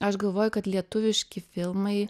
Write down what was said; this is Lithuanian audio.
aš galvoju kad lietuviški filmai